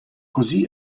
così